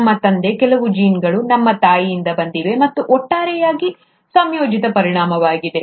ನಮ್ಮ ತಂದೆ ಕೆಲವು ಜೀನ್ಗಳು ನಮ್ಮ ತಾಯಿಯಿಂದ ಬಂದಿವೆ ಮತ್ತು ಒಟ್ಟಾರೆಯಾಗಿ ಮತ್ತು ಸಂಯೋಜಿತ ಪರಿಣಾಮವಾಗಿದೆ